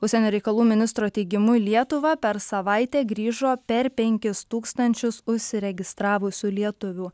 užsienio reikalų ministro teigimu į lietuvą per savaitę grįžo per penkis tūkstančius užsiregistravusių lietuvių